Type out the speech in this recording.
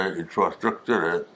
infrastructure